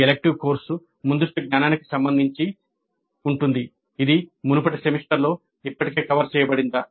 ఈ elective course ముందస్తు జ్ఞానానికి సంబంధించి ఇది ఉంటుంది ఇది మునుపటి సెమిస్టర్లో ఇప్పటికే కవర్ చేయబడిందా